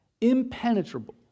impenetrable